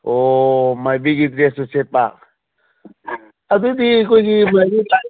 ꯑꯣ ꯃꯥꯏꯕꯤꯒꯤ ꯗ꯭ꯔꯦꯁꯇꯨ ꯁꯦꯠꯄ ꯑꯗꯨꯗꯤ ꯑꯩꯈꯣꯏꯁꯤ ꯃꯥꯏꯕꯤ ꯂꯥꯏ